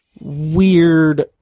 weird